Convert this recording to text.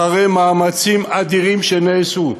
אחרי מאמצים אדירים שנעשו,